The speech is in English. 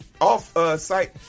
off-site